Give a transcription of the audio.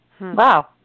Wow